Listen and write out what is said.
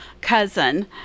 cousin